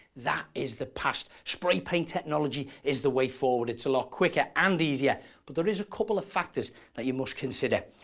that is the past! spray paint technology is the way forward. it's a lot quicker and easier but there is a couple of factors that you must consider.